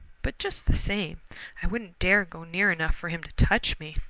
but just the same i wouldn't dare go near enough for him to touch me.